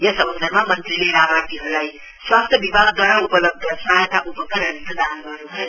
यस अवसरमा मन्त्रीले लाभार्थीहरुलाई स्वास्थ्या विभागद्रवारा उपलब्ध सहयाता उपकरण प्रदान गर्नु भयो